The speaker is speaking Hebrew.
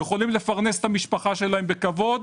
יכולים לפרנס את משפחתם בכבוד,